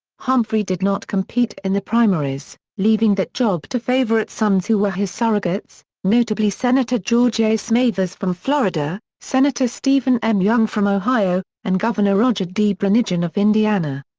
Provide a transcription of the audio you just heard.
humphrey did not compete in the primaries, leaving that job to favorite sons who were his surrogates, notably senator george a. smathers from florida, senator stephen m. young from ohio, and governor roger d. branigin of indiana.